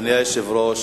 אדוני היושב-ראש,